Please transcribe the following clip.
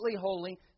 holy